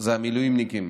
זה המילואימניקים,